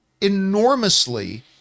enormously